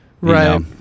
Right